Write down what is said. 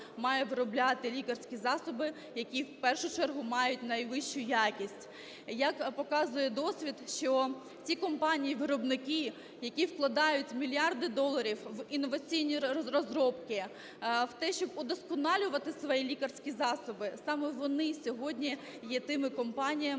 має виробляти лікарські засоби, які в першу чергу мають найвищу якість. Як показує досвід, що ті компанії-виробники, які вкладають мільярди доларів в інноваційні розробки, в те, щоб удосконалювати свої лікарські засоби, саме вони сьогодні є тими компаніями,